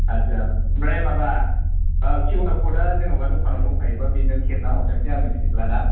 आदसा ओमफ्राय माबा किउ आर क'ड आ जेनेबा दखानाव दंखायोबा बेनो खेबनानै हरथोंसै आंनो बिदिब्ला ना